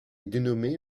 dénommée